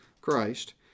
Christ